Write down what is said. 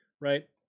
right